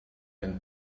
and